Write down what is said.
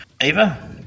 Eva